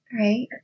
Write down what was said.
right